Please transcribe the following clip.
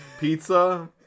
Pizza